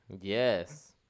Yes